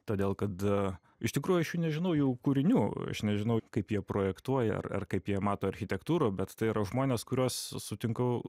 todėl kad iš tikrųjų aš nežinau jų kūrinių aš nežinau kaip jie projektuoja ar kaip jie mato architektūrą bet tai yra žmonės kuriuos sutinku